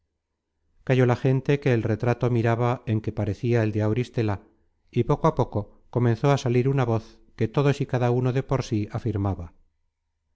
cayó la gente que el retrato miraba en que parecia el de auristela y poco a poco comenzó á salir una voz que todos y cada uno de por sí afirmaba